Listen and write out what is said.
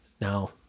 Now